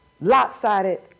Lopsided